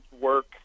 work